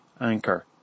Anchor